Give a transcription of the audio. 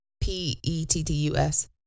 P-E-T-T-U-S